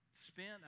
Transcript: spent